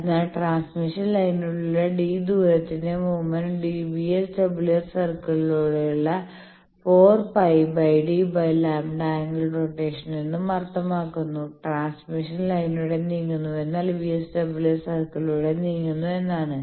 അതിനാൽ ട്രാൻസ്മിഷൻ ലൈനിലൂടെയുള്ള d ദൂരത്തിന്റെ മൂവ്മെന്റ് വിഎസ്ഡബ്ല്യുആർ സർക്കിളിലൂടെയുള്ള 4 πd λ ആംഗിൾ റൊട്ടേഷൻ എന്നും അർത്ഥമാക്കുന്നു ട്രാൻസ്മിഷൻ ലൈനിലൂടെ നീങ്ങുന്നുവെന്നാൽ VSWR സർക്കിളിലൂടെ നീങ്ങുന്നു എന്നാണ്